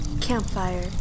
Campfire